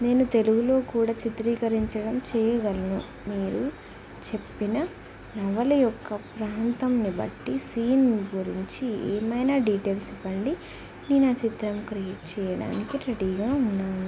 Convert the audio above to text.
నేను తెలుగులో కూడా చిత్రీకరించడం చెయ్యగలను మీరు చెప్పిన నవల యొక్క ప్రాంతాన్ని బట్టి సీన్ గురించి ఏమైనా డీటెయిల్స్ ఇవ్వండి నేను ఆ చిత్రం క్రియేట్ చెయ్యడానికి రెడీగా ఉన్నాను